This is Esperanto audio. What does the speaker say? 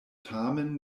tamen